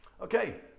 Okay